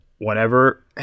whenever